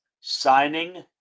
signing